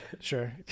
sure